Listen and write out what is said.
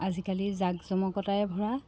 আজিকালি জাক জমকতাৰেই ভৰা